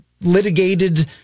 litigated